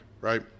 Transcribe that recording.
right